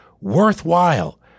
worthwhile